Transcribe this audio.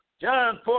John